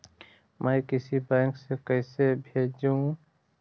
मैं किसी बैंक से कैसे भेजेऊ